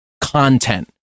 content